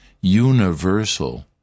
universal